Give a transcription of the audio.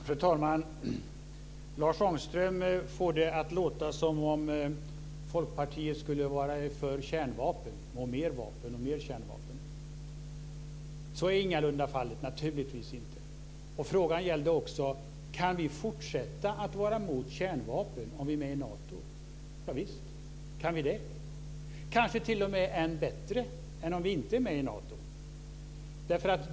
Fru talman! Lars Ångström får det att låta som om Folkpartiet skulle vara för kärnvapen, för fler vapen och kärnvapen. Så är ingalunda fallet - naturligtvis inte. Frågan gällde också: Kan vi fortsätta att vara mot kärnvapen om vi är med i Nato? Visst kan vi det, kanske t.o.m. bättre än om vi inte är med i Nato.